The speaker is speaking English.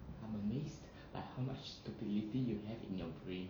I'm amazed by how much stupidity you have in your brain